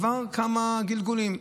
עבר כמה גלגולים.